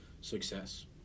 success